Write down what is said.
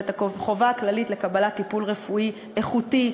ואת החובה הכללית למתן טיפול רפואי איכותי,